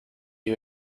con